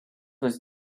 was